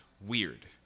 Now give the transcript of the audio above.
weird